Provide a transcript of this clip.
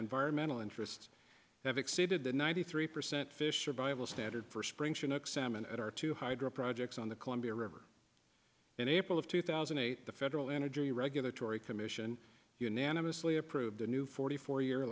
environmental interests have exceeded the ninety three percent fish revival standard for spring chinook salmon at our two hydro projects on the columbia river in april of two thousand and eight the federal energy regulatory commission unanimously approved a new forty four year